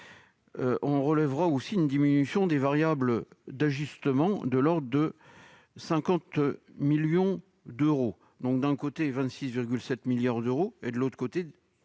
on relève une diminution des variables d'ajustement de l'ordre de 50 millions d'euros. D'un côté 26,7 milliards d'euros, et, de l'autre,